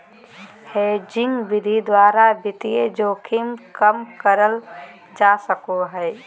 hedging विधि द्वारा वित्तीय जोखिम कम करल जा सको हय